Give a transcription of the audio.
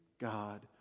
God